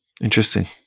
Interesting